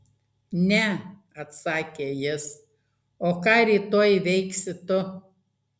ne atsakė jis o ką rytoj veiksi tu